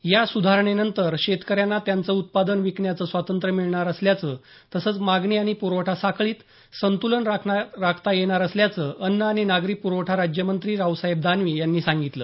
या सुधारणेनंतर शेतकऱ्यांना त्यांचं उत्पादन विकण्याचं स्वातंत्र्य मिळणार असल्याचं तसंच मागणी आणि प्रखठा साखळीत संतुलन राखता येणार असल्याचं अन्न अणि नागरी पुरवठा राज्यमंत्री रावसाहेब दानवे यांनी सांगितलं